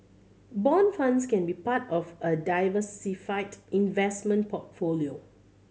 bond funds can be part of a diversified investment portfolio